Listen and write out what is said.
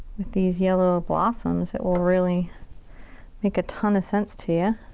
these yellow blossoms will really make a ton of sense to ya.